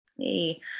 Hey